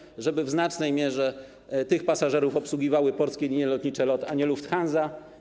Chodzi o to, żeby w znacznej mierze tych pasażerów obsługiwały Polskie Linie Lotnicze LOT, a nie - Lufthansa.